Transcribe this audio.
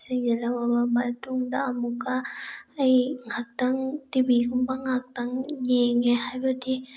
ꯁꯦꯡꯖꯤꯜꯂꯝꯂꯕ ꯃꯇꯨꯡꯗ ꯑꯃꯨꯛꯀ ꯑꯩ ꯉꯥꯏꯍꯥꯛꯇꯪ ꯇꯤ ꯕꯤꯒꯨꯝꯕ ꯉꯥꯛꯇꯪ ꯌꯦꯡꯉꯦ ꯍꯥꯏꯕꯗꯤ